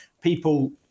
people